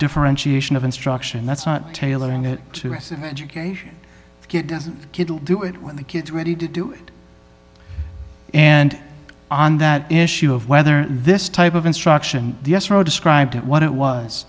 differentiation of instruction that's not tailoring it to rest of education get doesn't get to do it when the kids ready to do it and on that issue of whether this type of instruction the escrow described what it was